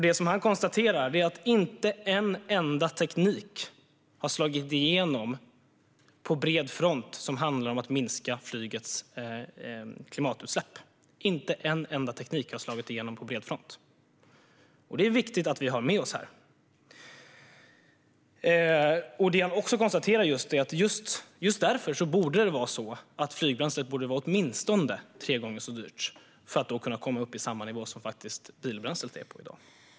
Det han konstaterar är att inte en enda teknik har slagit igenom på bred front som handlar om att minska flygets klimatutsläpp. Det är viktigt att vi har det med oss här. Han konstaterar också att just därför borde flygbränslet vara åtminstone tre gånger så dyrt för att komma upp i samma nivå som bilbränslet är på i dag.